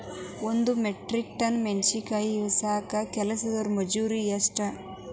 ಒಂದ್ metric ton ಮೆಣಸಿನಕಾಯಿ ಇಳಸಾಕ್ ಕೆಲಸ್ದವರ ಮಜೂರಿ ಎಷ್ಟ?